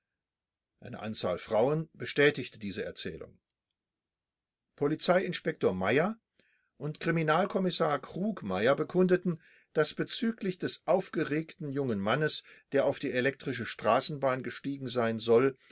eine anzahl frauen bestätigte diese erzählung polizei inspektor meyer und kriminalkommissar krugmeier bekundeten daß bezüglich des aufgeregten jungen mannes der auf die elektrische straßenbahn gestiegen sein soll